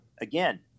Again